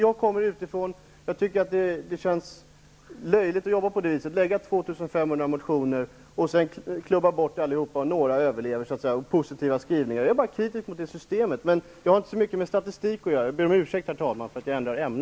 Jag kommer utifrån, och jag tycker att det känns löjligt att jobba på det viset att man väcker 2 500 motioner, att de flesta klubbas bort men att några överlever med positiva skrivningar. Jag är bara kritisk mot det systemet, och det har inte så mycket med statistik att göra. Jag ber om ursäkt, herr talman, för att jag bytte ämne.